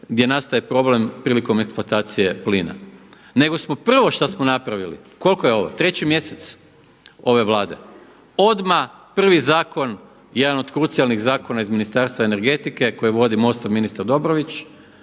gdje nastaje problem prilikom eksploatacije plina. Nego smo prvo što smo napravili koliko je ovo, treći mjesec ove Vlade odmah prvi zakon, jedan od krucijalnih zakona iz Ministarstva energetike koji vodi MOST-ov ministar Dobrović,